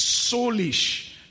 soulish